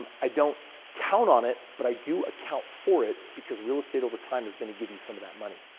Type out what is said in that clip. um i don't count on it but i do account for it because real estate over time is going to give you some of that money.